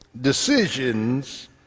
decisions